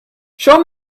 show